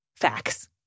facts